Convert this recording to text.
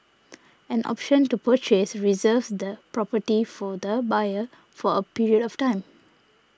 an option to purchase reserves the property for the buyer for a period of time